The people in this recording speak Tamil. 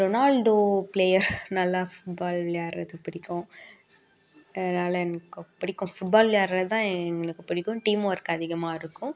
ரொனால்டோ பிளேயர் நல்லா பால் விளையாட்றது பிடிக்கும் அதனாலே எனக்கு பிடிக்கும் ஃபுட்பால் விளையாட்றதுதான் எங்களுக்கு பிடிக்கும் டீம் ஒர்க் அதிகமாக இருக்கும்